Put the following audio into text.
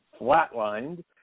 flatlined